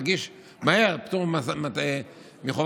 להגיד לכם משפט אחרון: פניה של מדינת ישראל